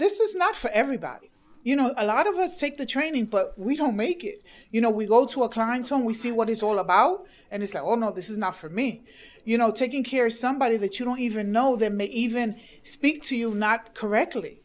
this is not for everybody you know a lot of us take the training but we don't make it you know we go to our clients when we see what it's all about and it's no not this is not for me you know taking care of somebody that you don't even know them even speak to you not correctly